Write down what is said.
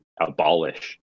abolish